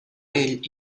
ell